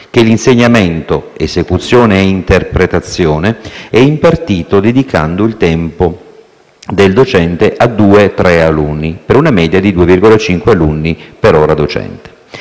che l'insegnamento (esecuzione e interpretazione) è impartito dedicando il tempo del docente a due o tre alunni, per una media di 2,5 alunni per ora docente.